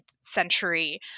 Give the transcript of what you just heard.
century